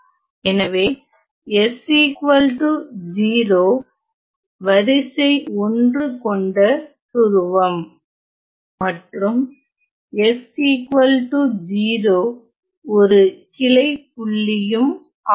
எனவே s 0 வரிசை ஒன்றுகொண்ட துருவம் மற்றும் s 0 ஒரு கிளை புள்ளியும் ஆகும்